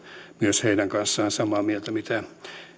myös heidän kanssaan samaa mieltä